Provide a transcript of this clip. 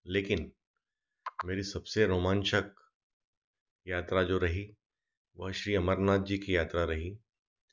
लेकिन मेरी सबसे रोमान्चक यात्रा जो रही वह श्री अमरनाथ जी की यात्रा रही